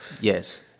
Yes